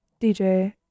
DJ